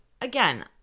again